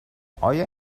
آیا